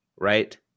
Right